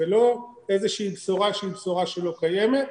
זה לא איזה שהיא בשורה שהיא בשורה שלא קיימת,